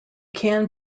can